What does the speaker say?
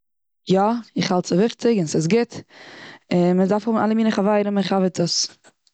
יא, איך האלט ס'איז וויכטיג און ס'גוט און מ'דארף האבן אלע מינע חברים און חבר'טעס.